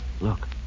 Look